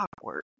awkward